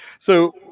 so,